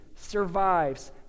Survives